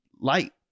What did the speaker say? light